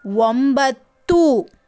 ಒಂಬತ್ತು